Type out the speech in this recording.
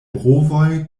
brovoj